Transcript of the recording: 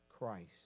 Christ